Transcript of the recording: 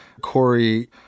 Corey